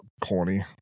corny